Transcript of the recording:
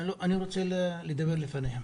לא, אני רוצה לדבר לפניהם.